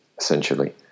essentially